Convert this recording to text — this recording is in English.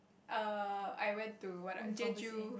err I went to what ah Jeju